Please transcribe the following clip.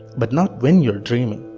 but not when you are dreaming.